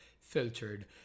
filtered